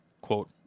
quote